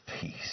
peace